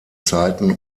zeiten